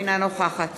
אינה נוכחת